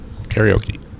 karaoke